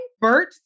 Bert